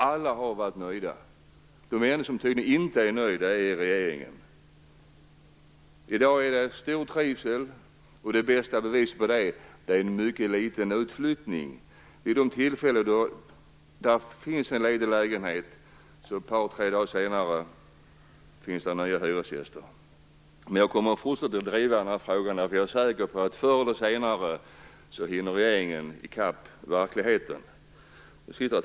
Alla har varit nöjda. De enda som tydligen inte är nöjda är regeringen. I dag finns det en stor trivsel i dessa områden. Det bästa beviset på det är en mycket liten utflyttning. Ett par tre dagar efter det att en lägenhet har blivit ledig finns det nya hyresgäster. Jag kommer att fortsätta att driva den här frågan. Jag är säker på att regeringen förr eller senare hinner i kapp verkligheten. Herr talman!